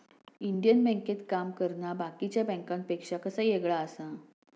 Indian बँकेत काम करना बाकीच्या बँकांपेक्षा कसा येगळा आसा?